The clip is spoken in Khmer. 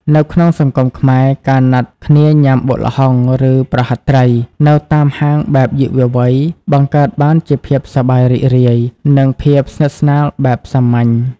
នៅក្នុងសង្គមខ្មែរ ការណាត់គ្នាញ៉ាំ "បុកល្ហុង" ឬ "ប្រហិតត្រី" នៅតាមហាងបែបយុវវ័យ បង្កើតបានជាភាពសប្បាយរីករាយ និងភាពស្និទ្ធស្នាលបែបសាមញ្ញ។